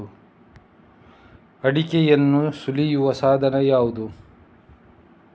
ಅಡಿಕೆಯನ್ನು ಸುಲಿಯುವ ಸಾಧನ ಯಾವುದು?